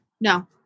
No